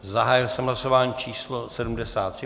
Zahájil jsem hlasování číslo 73.